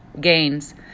Gains